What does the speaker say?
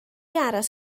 aros